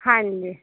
ਹਾਂਜੀ